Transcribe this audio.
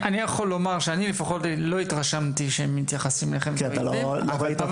אני יכול לומר שאני לפחות לא התרשמתי שהם מתייחסים אליכם כאל אויבים.